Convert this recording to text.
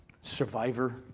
survivor